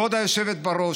כבוד היושבת בראש,